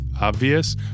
obvious